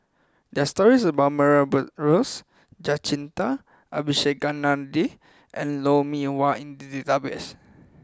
there are stories about Murray Buttrose Jacintha Abisheganaden and Lou Mee Wah in the database